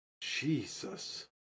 Jesus